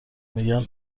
میگن